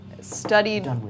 studied